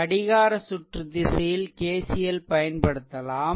கடிகார சுற்று திசையில் KCL பயன்படுத்தலாம்